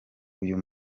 uyu